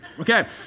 Okay